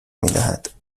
میدهد